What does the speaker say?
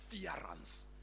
interference